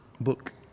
book